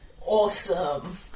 Awesome